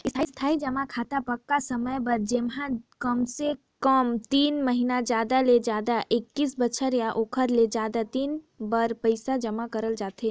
इस्थाई जमा खाता पक्का समय बर जेम्हा कमसे कम तीन महिना जादा ले जादा एक्कीस बछर या ओखर ले जादा दिन बर पइसा जमा करल जाथे